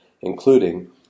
including